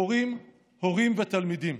מורים, הורים ותלמידים.